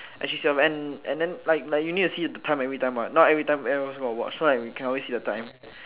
actually should end and then you need to see the time everytime what not everytime everyone also got watch so that we can always see the time